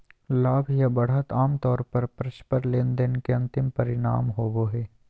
लाभ या बढ़त आमतौर पर परस्पर लेनदेन के अंतिम परिणाम होबो हय